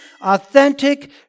authentic